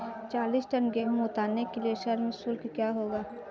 चालीस टन गेहूँ उतारने के लिए श्रम शुल्क क्या होगा?